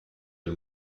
del